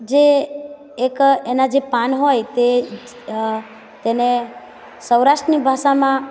જે એક એના જે પાન હોય તે તેને સૌરાષ્ટ્રની ભાષામાં